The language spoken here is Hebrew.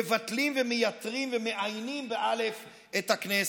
אנחנו מבטלים, מייתרים ומאיינים את הכנסת.